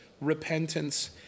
repentance